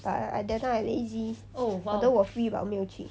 but I I that time I lazy although 我 free but 我没有去